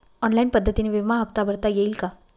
Online पद्धतीने विमा हफ्ता भरता येईल का?